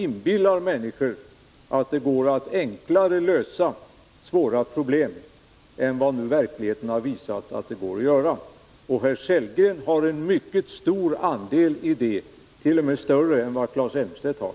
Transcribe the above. Ni inbillar människor att det går att lösa svåra problem på ett enklare sätt än vad verkligheten nu har visat. Rolf Sellgren har en mycket stor andel i detta ansvar, t.o.m. större än vad Claes Elmstedt har.